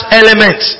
element